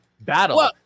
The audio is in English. battle